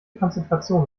konzentration